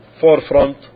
forefront